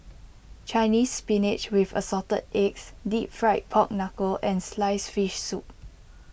Chinese Spinach with Assorted Eggs Deep Fried Pork Knuckle and Sliced Fish Soup